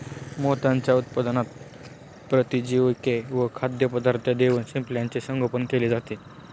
मोत्यांच्या उत्पादनात प्रतिजैविके व खाद्यपदार्थ देऊन शिंपल्याचे संगोपन केले जाते